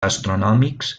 astronòmics